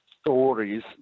stories